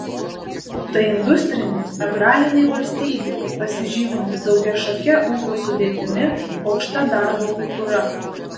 tai industrinė agrarinė valstybė pasižyminti daugiašake ūkio sudėtimi aukšta darbo kultūra